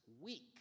week